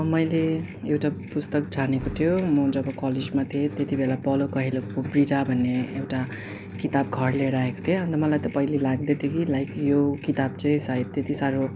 मैले एउटा पुस्तक छानेको थियो म जब कलेजमा थिएँ त्यतिबेला पाउलो कोएलोको ब्रिडा भन्ने एउटा किताब घर लिएर आएको थिएँ अन्त मलाई त पहिला लाग्दै थियो कि लाइक यो किताब चाहिँ सायद त्यति साह्रो